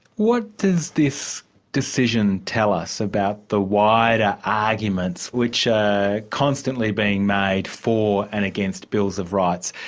what does this decision tell us about the wider arguments which are constantly being made for and against bills of rights,